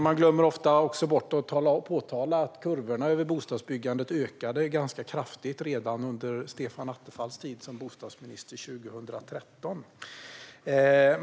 Man glömmer ofta också bort att tala om att kurvorna över bostadsbyggandet ökade ganska kraftigt redan under Stefan Attefalls tid som bostadsminister 2013.